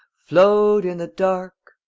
float in the dark.